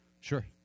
Sure